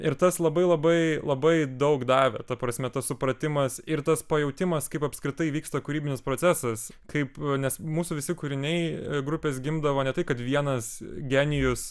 ir tas labai labai labai daug davė ta prasme tas supratimas ir tas pajautimas kaip apskritai vyksta kūrybinis procesas kaip nes mūsų visi kūriniai grupės gimdavo ne tai kad vienas genijus